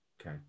Okay